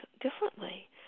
differently